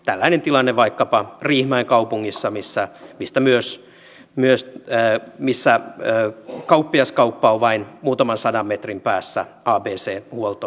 tällainen tilanne on vaikkapa riihimäen kaupungissa missä kauppiaskauppa on vain muutaman sadan metrin päässä abc huoltoliikenneasemasta